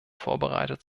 vorbereitet